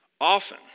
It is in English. Often